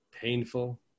painful